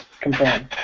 confirm